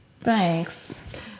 thanks